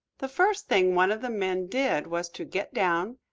the first thing one of the men did was to get down,